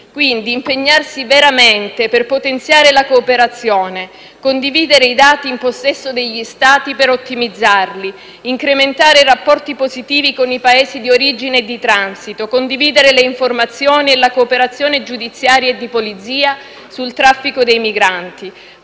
impegnarsi veramente per potenziare la cooperazione; condividere i dati in possesso degli Stati per ottimizzarli; incrementare i rapporti positivi con i Paesi di origine e di transito; condividere le informazioni e la cooperazione giudiziaria e di polizia sul traffico dei migranti;